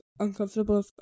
uncomfortable